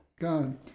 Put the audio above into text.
God